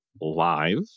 live